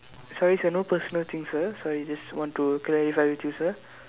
sorry sir no personal thing sir sorry just want to clarify with you sir